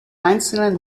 einzelnen